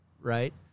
right